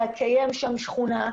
לקיים שם שכונה.